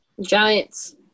Giants